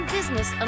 Business